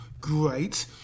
great